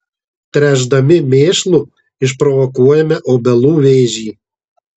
tręšdami mėšlu išprovokuojame obelų vėžį